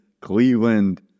Cleveland